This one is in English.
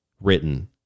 written